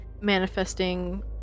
manifesting